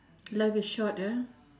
life is short ah